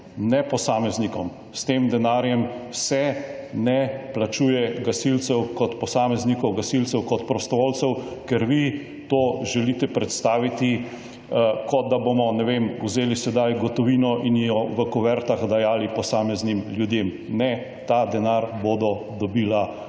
ne posameznikom. S tem denarjem se ne plačuje gasilcev kot posameznikov, gasilcev kot prostovoljcev, ker vi to želite predstaviti kot, da bomo sedaj vzeli gotovino in jo v kuvertah dajali posameznim ljudem. Ne, ta denar bodo dobila